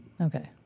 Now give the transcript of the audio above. Okay